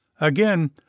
Again